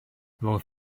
roedd